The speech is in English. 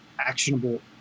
actionable